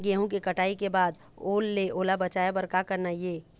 गेहूं के कटाई के बाद ओल ले ओला बचाए बर का करना ये?